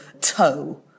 toe